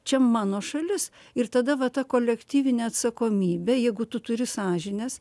čia mano šalis ir tada va ta kolektyvinė atsakomybė jeigu tu turi sąžinės